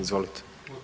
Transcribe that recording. Izvolite.